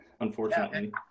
Unfortunately